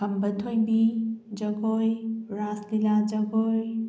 ꯈꯝꯕ ꯊꯣꯏꯕꯤ ꯖꯒꯣꯏ ꯔꯥꯁ ꯂꯤꯂꯥ ꯖꯒꯣꯏ